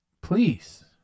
please